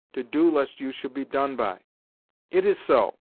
to do lest you should be done by it is so.